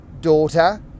daughter